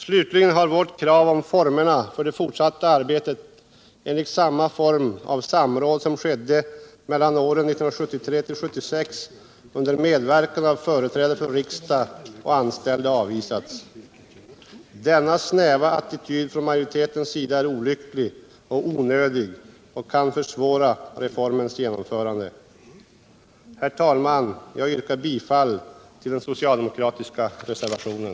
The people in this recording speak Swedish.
Slutligen har vårt krav på fortsatt arbete enligt samma form av samråd som rådde 1973-1976 under medverkan av företrädare för riksdag och anställda avvisats. Denna snäva attityd från majoritetens sida är olycklig och onödig och kan försvåra reformens genomförande. Herr talman! Jag yrkar bifall till den socialdemokratiska reservationen.